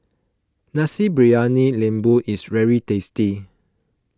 Nasi Briyani Lembu is very tasty